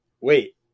Wait